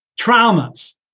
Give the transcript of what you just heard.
traumas